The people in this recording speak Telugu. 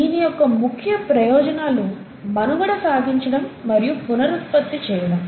దీని యొక్క ముఖ్య ప్రయోజనాలు మనుగడ సాగించడం మరియు పునరుత్పత్తి చేయడం